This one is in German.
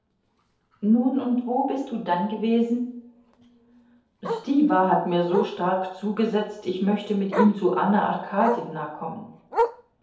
nun und wo bist du dann gewesen stiwa hat mir so stark zugesetzt ich möchte mit ihm zu anna arkadjewna kommen